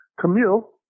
Camille